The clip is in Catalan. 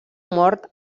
mort